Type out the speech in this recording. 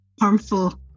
harmful